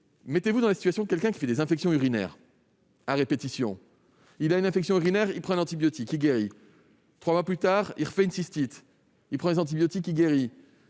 mettez-vous dans la situation de quelqu'un qui fait des infections urinaires à répétition. Première infection, il prend un antibiotique et guérit. Trois mois plus tard, deuxième cystite, il prend des antibiotiques et guérit.